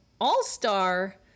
All-Star